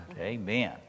Amen